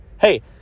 Hey